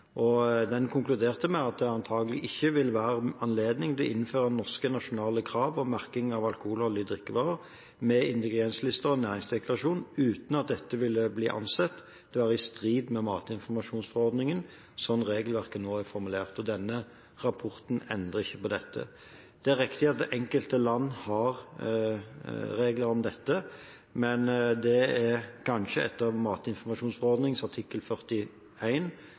og konkluderte med at det antakelig ikke ville være anledning til å innføre norske nasjonale krav om merking av alkoholholdige drikkevarer med ingrediensliste og næringsdeklarasjon uten at dette ville bli ansett å være i strid med matinformasjonsforordningen, slik regelverket nå er formulert. Denne rapporten endrer ikke på dette. Det er riktig at enkelte land har regler om dette, men det er kanskje etter matinformasjonsforordningens artikkel